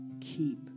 keep